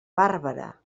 bàrbara